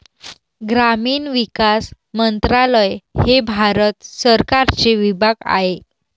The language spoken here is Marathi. ग्रामीण विकास मंत्रालय हे भारत सरकारचे विभाग आहे